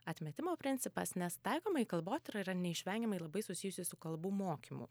atmetimo principas nes taikomoji kalbotyra yra neišvengiamai ir labai susijusi su kalbų mokymu